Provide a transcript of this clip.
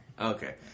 Okay